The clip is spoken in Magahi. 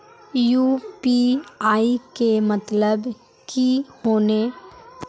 यु.पी.आई के मतलब की होने?